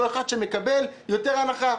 אותו אחד שמקבל יותר הנחה.